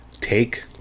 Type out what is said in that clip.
Take